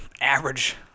average